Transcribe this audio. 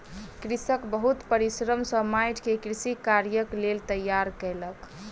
कृषक बहुत परिश्रम सॅ माइट के कृषि कार्यक लेल तैयार केलक